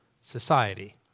society